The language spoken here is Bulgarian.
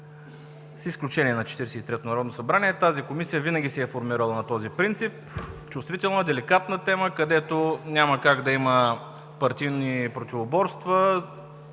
с изключение на 43- то Народно събрание, тя винаги се е формирала на този принцип - чувствителна, деликатна тема, където няма как да има партийни противоборства.